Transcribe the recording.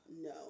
no